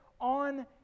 on